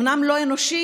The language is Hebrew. אומנם לא אנושי,